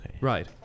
Right